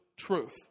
truth